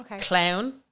clown